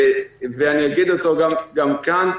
ואגיד אותו כאן: